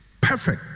perfect